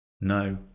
No